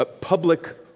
public